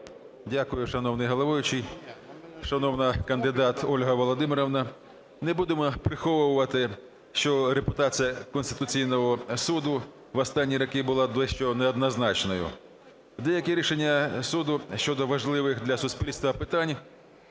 Дякую, шановний головуючий. Шановна кандидат Ольга Володимирівна! Не будемо приховувати, що репутація Конституційного Суду в останні роки була дещо неоднозначною. Деякі рішення суду щодо важливих для суспільства питань